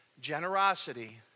Generosity